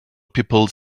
people